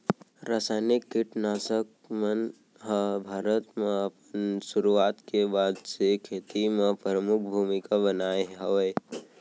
रासायनिक किट नाशक मन हा भारत मा अपन सुरुवात के बाद से खेती मा परमुख भूमिका निभाए हवे